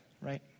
right